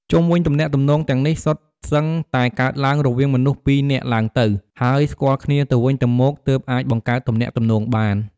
ជុំវិញទំនាក់ទំនងទាំងនេះសុទ្ធសឹងតែកើតឡើងរវាងមនុស្សពីរនាក់ឡើងទៅ ហើយស្គាល់គ្នាទៅវិញទៅមកទើបអាចបង្កើតទំនាក់ទំនងបាន។